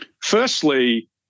Firstly